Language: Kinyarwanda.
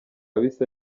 bisa